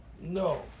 no